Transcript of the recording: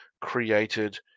created